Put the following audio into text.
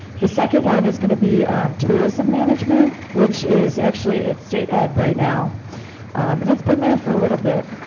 the second one is gonna be tourism management which is actually at state ed right now and it's been there for a little bit,